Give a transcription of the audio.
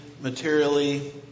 materially